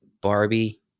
Barbie